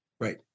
Right